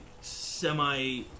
semi